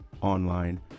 online